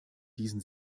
diesen